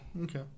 Okay